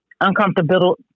uncomfortable